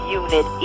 unit